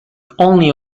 only